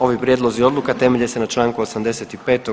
Ovi prijedlozi odluka temelje se na čl. 85.